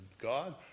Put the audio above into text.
God